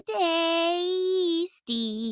tasty